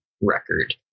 record